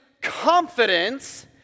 confidence